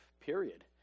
period